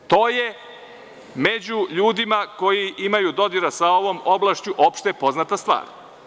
To je među ljudima koji imaju dodira sa ovom oblašću opšte poznata stvar.